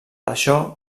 això